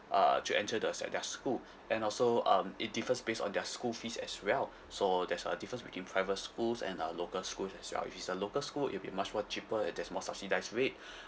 uh to enter the s~ their school and also um it differs based on their school fees as well so there's a difference between private schools and uh local schools as well which is uh local school it'll be much more cheaper and there's more subsidise rate